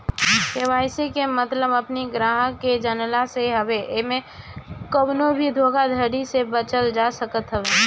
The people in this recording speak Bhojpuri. के.वाई.सी के मतलब अपनी ग्राहक के जनला से हवे एसे कवनो भी धोखाधड़ी से बचल जा सकत हवे